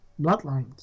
bloodlines